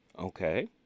Okay